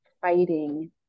fighting